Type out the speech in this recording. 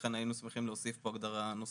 ולכן היינו שמחים להוסיף פה הגדרה נוספת